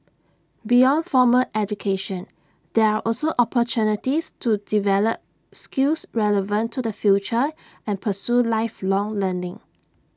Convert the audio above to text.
beyond formal education there are also opportunities to develop skills relevant to the future and pursue lifelong learning